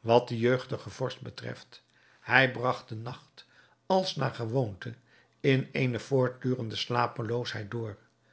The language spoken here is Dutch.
wat de jeugdige vorst betreft hij bragt den nacht als naar gewoonte in eene voortdurende slapeloosheid door